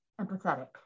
empathetic